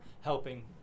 helping